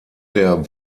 der